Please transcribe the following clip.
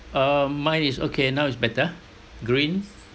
err mine is okay now it's better green